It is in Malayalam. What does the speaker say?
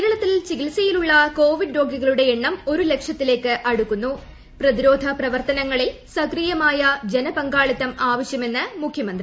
കേരളത്തിൽ ചികിത്സ്യിി്ലുള്ള കോവിഡ് രോഗികളുടെ എണ്ണം ഒരുലക്ഷത്തിലേക്ക് അടുക്കുന്നു പ്രതിരോധ പ്രവർത്തനങ്ങളിൽ സക്രിയമായ ജനപങ്കാളിത്തം ആവശ്യമെന്ന് മുഖ്യമന്ത്രി